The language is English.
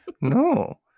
no